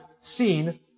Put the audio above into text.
seen